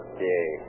Okay